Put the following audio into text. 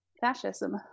fascism